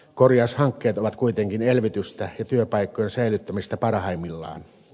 korjaushankkeet ovat kuitenkin elvytystä ja työpaikkojen säilyttämistä parhaimmillaan